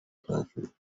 county